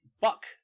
Buck